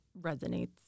resonates